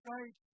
Right